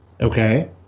Okay